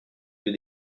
lieu